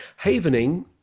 Havening